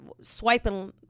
swiping